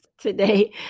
today